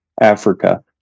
Africa